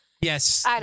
Yes